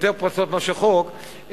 יש יותר פרצות מאשר חוק,